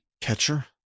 Catcher